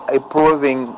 approving